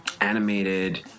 animated